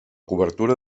cobertura